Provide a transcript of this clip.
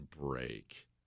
break